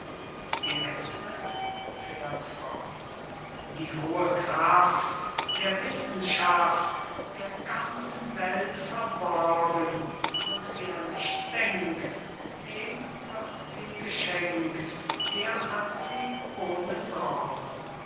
die hexe fährt fort die hohe kraft der wissenschaft der ganzen welt verborgen und wer nicht denkt dem wird sie geschenkt er hat sie ohne sorgen